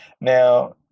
Now